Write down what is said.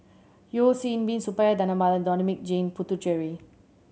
Yeo Hwee Bin Suppiah Dhanabalan and Dominic Jim Puthucheary